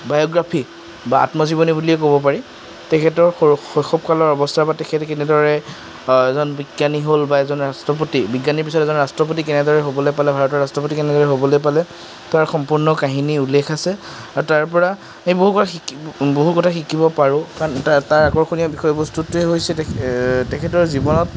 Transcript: biography বা আত্মজীৱনী বুলিয়ে ক'ব পাৰি তেখেতৰ শৈ শৈশৱকালৰ অৱস্থা পাতি তেখেতে কেনেদৰে এজন বিজ্ঞানী হ'ল বা এজন ৰাষ্ট্ৰপতি বিজ্ঞানীৰ পিছত এজন ৰাষ্ট্ৰপতি কেনেদৰে হ'বলৈ পালে ভাৰতৰ ৰাষ্ট্ৰপতি কেনেদৰে হ'বলৈ পালে তাৰ সম্পূৰ্ণ কাহিনী উল্লেখ আছে আৰু তাৰপৰা এইবোৰৰ পৰা শিকি বহু কথা শিকিব পাৰোঁ কাৰণ তাৰ তাৰ আকৰ্ষণীয় বিষয়বস্তুটোৱেই হৈছে তেখেতৰ জীৱনত